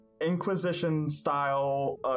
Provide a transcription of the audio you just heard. Inquisition-style